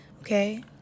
Okay